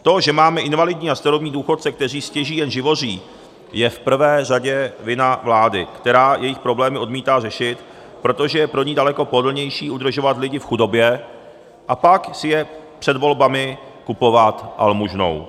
To, že máme invalidní a starobní důchodce, kteří stěží jen živoří, je v prvé řadě vina vlády, která jejich problémy odmítá řešit, protože je pro ni daleko pohodlnější udržovat lidi v chudobě a pak si je před volbami kupovat almužnou.